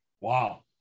Wow